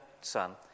son